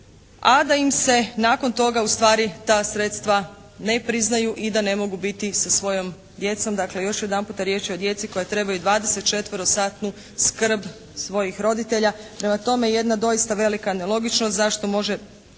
a da im se nakon toga ustvari ta sredstva ne priznaju i da ne mogu biti sa svojom djecom. Dakle još jedanputa riječ je o djeci koja trebaju 24-satnu skrb svojih roditelja. Prema tome jedna doista velika nelogičnost. Zašto može